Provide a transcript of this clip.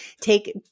take